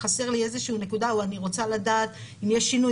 חסרה לי איזושהי נקודה או אני רוצה לדעת אם יש שינוי